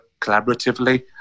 collaboratively